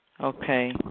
Okay